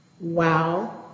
wow